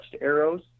arrows